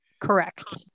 Correct